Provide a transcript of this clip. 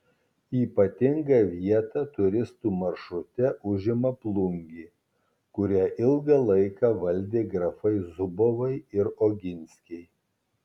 ypatingą vietą turistų maršrute užima plungė kurią ilgą laiką valdė grafai zubovai ir oginskiai